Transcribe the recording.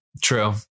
true